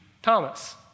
Thomas